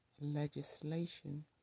legislation